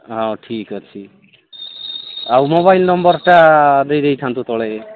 ହଉ ଠିକ୍ ଅଛି ଆଉ ମୋବାଇଲ୍ ନମ୍ବର୍ଟା ଦେଇଦେଇଥାଆନ୍ତୁ ତଳେ